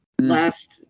last –